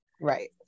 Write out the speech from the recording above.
right